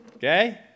Okay